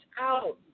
out